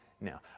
Now